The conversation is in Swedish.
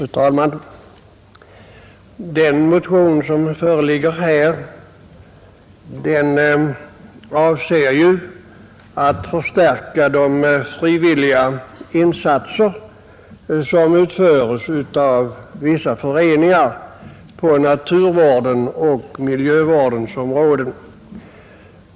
Fru talman! Den motion som föreligger här syftar till att förstärka de frivilliga insatser som vissa föreningar gör på naturvårdens och miljövårdens område.